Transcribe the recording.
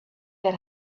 that